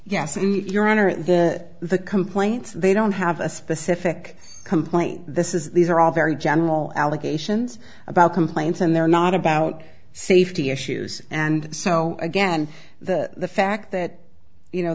yes your honor the the complaint they don't have a specific complaint this is these are all very general allegations about complaints and they're not about safety issues and so again the fact that you know